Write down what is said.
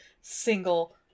single